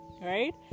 Right